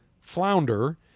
Flounder